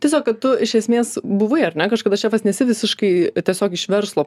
tiesiog kad tu iš esmės buvai ar ne kažkada šefas nesi visiškai tiesiog iš verslo